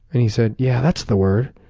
and he said, yeah, that's the word.